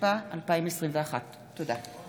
התשפ"א 2021. תודה.